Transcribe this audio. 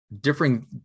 differing